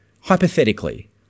hypothetically